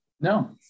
No